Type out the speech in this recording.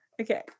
Okay